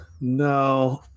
No